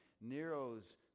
Nero's